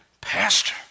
Pastor